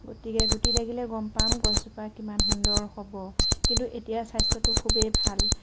গতিকে গুটি লাগিলে গম পাম গছজোপা কিমান সুন্দৰ হ'ব কিন্তু এতিয়া স্বাস্থ্যটো খুবেই ভাল